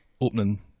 opening